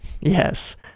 Yes